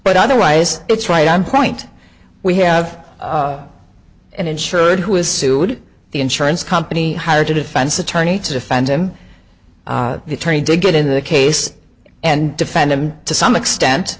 but otherwise it's right on point we have an insured who was sued the insurance company hired a defense attorney to defend him the attorney did get in the case and defend him to some extent